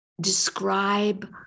describe